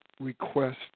request